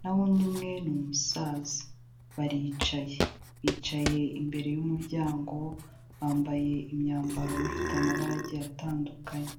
naho undi umwe ni umusaza baricaye, bicaye imbere y'umuryango bambaye imyambaro ifite amabaro agiye atandukanye.